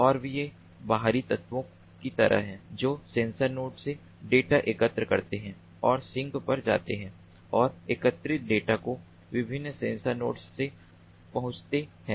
और ये बाहरी तत्वों की तरह हैं जो सेंसर नोड से डेटा एकत्र करते हैं और सिंक में जाते हैं और एकत्रित डेटा को विभिन्न सेंसर नोड्स से पहुंचाते हैं